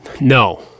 No